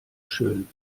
schön